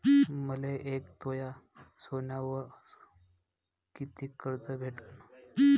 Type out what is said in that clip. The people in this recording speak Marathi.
मले एक तोळा सोन्यावर कितीक कर्ज भेटन?